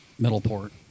Middleport